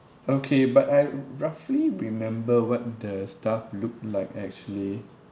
okay but I roughly remember what the staff look like actually